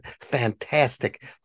fantastic